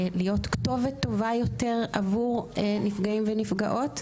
להיות כתובת טובה יותר עבור נפגעים ונפגעות,